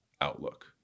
outlook